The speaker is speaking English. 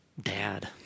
dad